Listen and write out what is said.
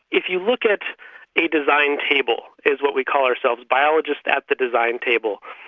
if you look at a design table is what we call ourselves biologists at the design table